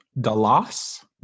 Dallas